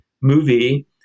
movie